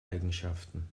eigenschaften